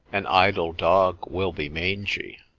an idle dog will be mangy,